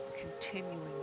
continuing